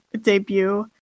debut